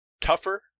tougher